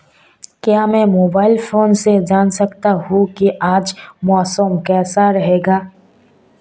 क्या मैं mobile phone से जान सकता हूँ कि आज मौसम कैसा रहेगा?